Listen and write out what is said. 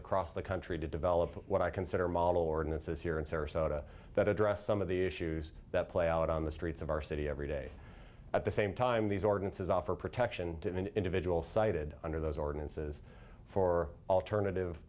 across the country to develop what i consider model ordinances here in sarasota that addressed some of the issues that play out on the streets of our city every day at the same time these ordinances offer protection to an individual cited under those ordinances for alternative